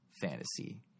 fantasy